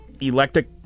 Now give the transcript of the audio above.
electric